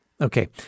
Okay